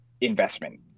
investment